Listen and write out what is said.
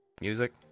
music